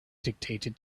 dictated